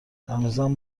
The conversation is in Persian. هنوزم